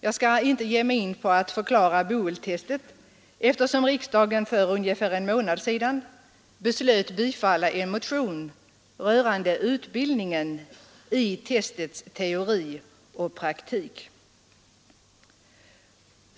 Jag skall inte ge mig in på att förklara BOEL-testet, eftersom riksdagen för ungefär en månad sedan beslöt bifalla en motion rörande utbildning i testets teori och praktik.